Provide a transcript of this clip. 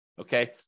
okay